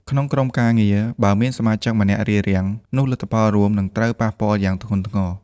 ក្នុងក្រុមការងារ បើមានសមាជិកម្នាក់រារាំង នោះលទ្ធផលរួមនឹងត្រូវប៉ះពាល់យ៉ាងធ្ងន់ធ្ងរ។